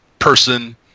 person